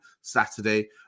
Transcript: saturday